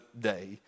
day